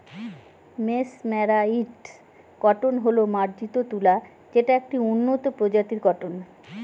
mesmerised cotton হল মার্জারিত তুলা যেটা একটি উন্নত প্রজাতির কটন